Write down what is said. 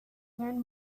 learn